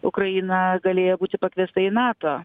ukraina galėjo būti pakviesta į nato